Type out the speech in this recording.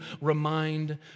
remind